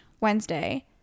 Wednesday